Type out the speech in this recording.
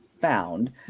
found